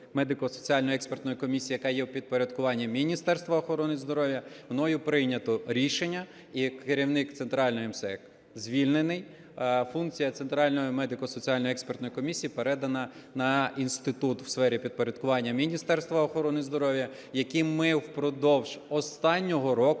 медико-соціальної експертної комісії, яка є у підпорядкуванні Міністерства охорони здоров'я, мною прийнято рішення, і керівник центральної МСЕК звільнений. Функція центральної медико-соціальної експертної комісії передана на інститут у сфері підпорядкування Міністерства охорони здоров'я, яким ми впродовж останнього року